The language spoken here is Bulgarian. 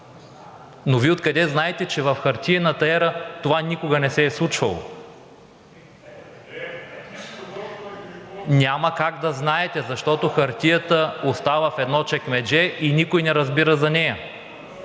но Вие откъде знаете, че в хартиената ера това никога не се е случвало? (Шум и реплики.) Няма как да знаете, защото хартията остава в едно чекмедже и никой не разбира за нея,